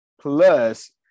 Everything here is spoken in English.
Plus